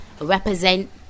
represent